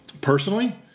Personally